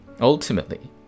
ultimately